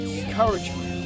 encouragement